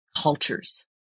cultures